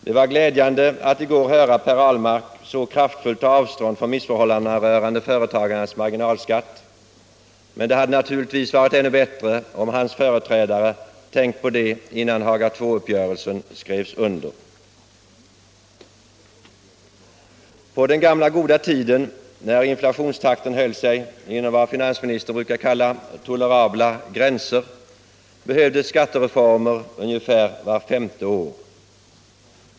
Det var glädjande att i går höra Per Ahlmark så kraftfullt ta avstånd från missförhållandena rörande företagarnas marginalskatt, men det hade naturligtvis varit ännu bättre om hans företrädare tänkt på det innan Haga II-uppgörelsen skrevs under. På den gamla goda tiden, när inflationstakten höll sig inom vad finansministern brukar kalla tolerabla gränser, behövdes skattereformer ungefär vart femte år.